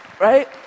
Right